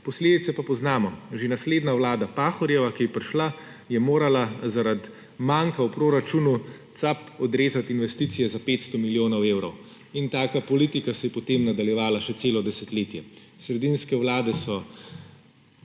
Posledice pa poznamo – že naslednja vlada, Pahorjeva, ki je prišla, je morala zaradi manka v proračunu, cap, odrezati investicije za 500 milijonov evrov. Taka politika se je potem nadaljevala še celo desetletje. Sredinske vlade so